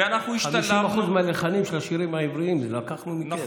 50% מהלחנים של השירים העבריים לקחנו מכם.